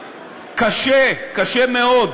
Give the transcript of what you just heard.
קשה, קשה מאוד,